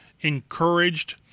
encouraged